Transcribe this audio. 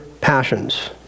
passions